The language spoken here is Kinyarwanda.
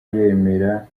yemera